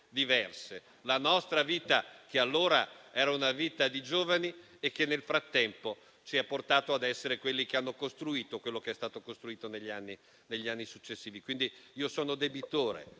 la nostra vita, che allora era una vita di giovani e che nel frattempo ci ha portati ad essere quelli che hanno costruito quello che è stato costruito negli anni successivi. Sono quindi debitore